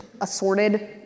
assorted